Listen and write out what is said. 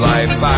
Life